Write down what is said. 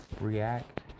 React